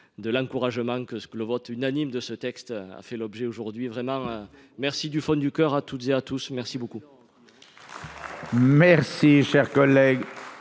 de l'encouragement que ce que le vote unanime de ce texte a fait l'objet aujourd'hui vraiment merci du fond du coeur à toutes et à tous merci beaucoup. Merci cher collègue.